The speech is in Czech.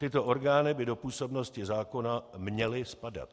Tyto orgány by do působnosti zákona měly spadat.